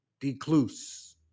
Decluse